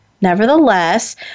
Nevertheless